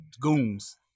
goons